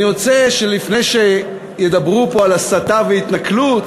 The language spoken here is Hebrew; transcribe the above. אני רוצה שלפני שידברו פה על הסתה והתנכלות,